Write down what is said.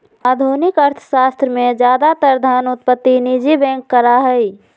आधुनिक अर्थशास्त्र में ज्यादातर धन उत्पत्ति निजी बैंक करा हई